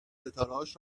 ستارههاش